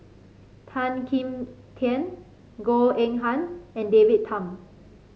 Tan Kim Tian Goh Eng Han and David Tham